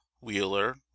wheeler